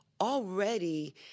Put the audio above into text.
already